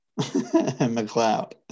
McLeod